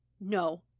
No